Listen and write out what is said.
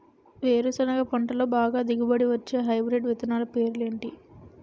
వేరుసెనగ పంటలో బాగా దిగుబడి వచ్చే హైబ్రిడ్ విత్తనాలు పేర్లు ఏంటి?